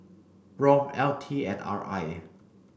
ROM L T and R I